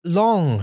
long